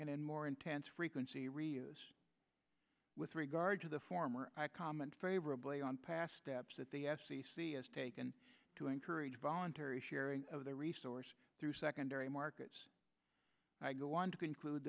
and more intense frequency reuse with regard to the former comment favorably on past steps that the f c c has taken to encourage voluntary sharing of the resource through secondary markets i go on to conclude